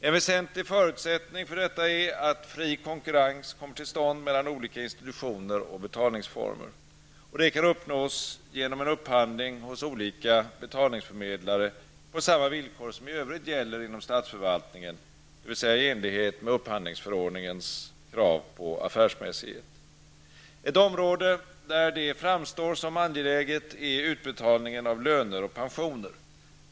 En väsentlig förutsättning för detta är att fri konkurrens kommer till stånd mellan olika institutioner och betalningsformer. Detta kan uppnås genom en upphandling hos olika betalningsförmedlare på samma villkor som i övrigt gäller inom statsförvaltningen, dvs. i enlighet med upphandlingsförordningens krav på affärsmässighet. Ett område där det framstår som angeläget är utbetalningen av löner och pensioner.